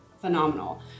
phenomenal